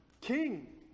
king